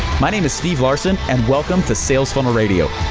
my name is steve larsen, and welcome to sales funnel radio.